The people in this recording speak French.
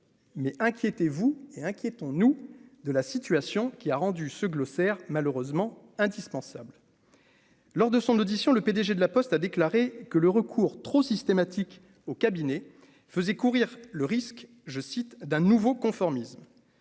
mais inquiétez-vous et inquiétons-nous de la situation qui a rendu ce glossaire malheureusement indispensable. Lors de son audition, le PDG de La Poste, a déclaré que le recours trop systématique au cabinet faisait courir le risque, je cite, d'un nouveau conformisme